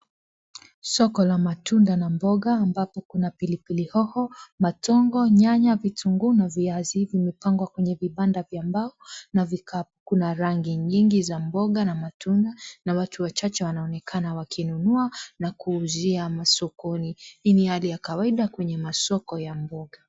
Soko la matunda na mboga ambapo kuna pilipili hoho, machungwa, nyanya, vitunguu, na viazi. Vimepangwa kwenye vibanda vya mbao na vikapu. Kuna rangi nyingi za mboga na matunda na watu wachache wanaonekana wakinunua na kuuzia masokoni. Hii ni hali ya kawaida kwenye masoko ya mboga.